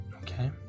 Okay